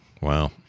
wow